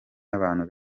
y’abantu